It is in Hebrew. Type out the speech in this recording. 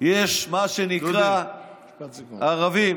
יש מה שנקרא ערבים